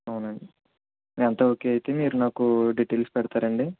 అవునండి అంతా ఓకే అయితే మీరు నాకు డీటెయిల్స్ పెడతారాండి